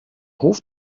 hof